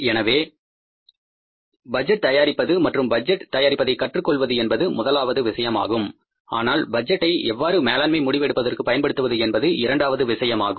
எனவே பட்ஜெட் தயாரிப்பது மற்றும் பட்ஜெட் தயாரிப்பதை கற்றுக்கொள்வது என்பது முதலாவது விஷயம் ஆகும் ஆனால் பட்ஜெட்டை எவ்வாறு மேலாண்மை முடிவு எடுப்பதற்கு பயன்படுத்துவது என்பது இரண்டாவது விஷயமாகும்